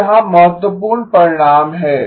तो यहाँ महत्वपूर्ण परिणाम है